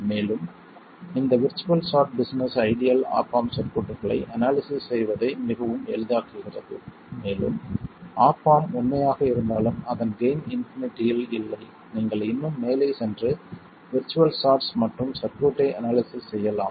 மேலும் இந்த virtual short business ideal op amp சர்க்யூட்களை அனாலிசிஸ் செய்வதை மிகவும் எளிதாக்குகிறது மேலும் ஆப் ஆம்ப் உண்மையானதாக இருந்தாலும் அதன் கெய்ன் இன்பினிட்டியில் இல்லை நீங்கள் இன்னும் மேலே சென்று விர்ச்சுவல் ஷார்ட்ஸ் மற்றும் சர்க்யூட்டை அனாலிசிஸ் செய்யலாம்